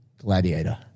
Gladiator